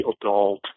adult